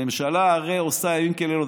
הממשלה הרי עושה לילות כימים.